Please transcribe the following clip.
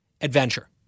adventure